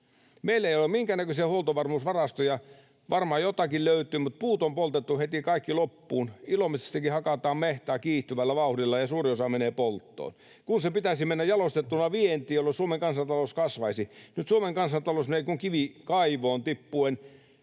Meillä ei ole minkäännäköisiä huoltovarmuusvarastoja, tai varmaan jotakin löytyy, mutta puut on poltettu heti kaikki loppuun. Ilomantsissakin hakataan mehtää kiihtyvällä vauhdilla ja suuri osa menee polttoon, kun sen pitäisi mennä jalostettuna vientiin, jolloin Suomen kansantalous kasvaisi. Nyt Suomen kansantalous menee kuin kivi kaivoon tippuen,